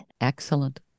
Excellent